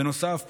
בנוסף,